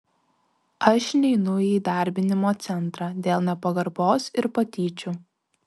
aš neinu į įdarbinimo centrą dėl nepagarbos ir patyčių